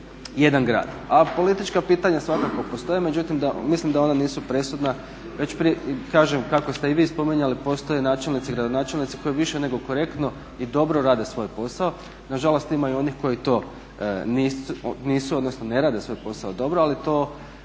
A politička pitanja svakako postoje, međutim mislim da ona nisu presudna. Kažem, kako ste i vi spominjali postoje načelnici i gradonačelnici koji više nego korektno i dobro rade svoj posao. Nažalost, ima i onih koji to nisu, odnosno ne rade svoj posao dobro ali to